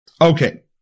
Okay